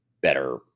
better